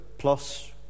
plus